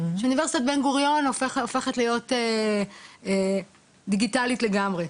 שאוניברסיטת בן גוריון הופכת להיות דיגיטלית לגמרי,